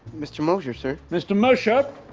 mr. mosher, sir. mr. mosher!